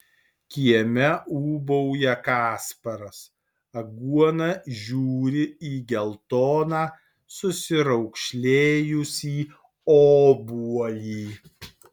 kieme ūbauja kasparas aguona žiūri į geltoną susiraukšlėjusį obuolį